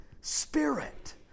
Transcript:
spirit